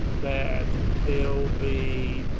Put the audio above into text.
that they'll be.